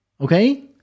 Okay